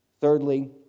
thirdly